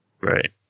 Right